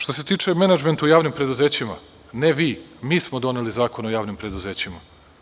Što se tiče menadžmenta u javnim preduzećima, ne vi nego mi smo doneli Zakon o javnim preduzećima.